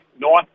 North